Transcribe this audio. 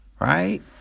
Right